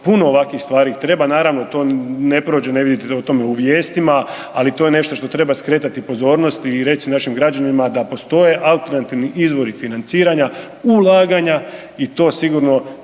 Puno ovakvih stvari, treba naravno, to ne prođe, ne vidite o tome u vijestima, ali to je nešto što treba skretati pozornost i reći našim građanima da postoje alternativni izvori financiranja, ulaganja i to sigurno